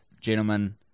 Gentlemen